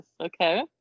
Okay